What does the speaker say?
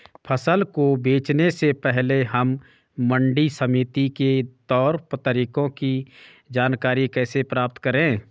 फसल को बेचने से पहले हम मंडी समिति के तौर तरीकों की जानकारी कैसे प्राप्त करें?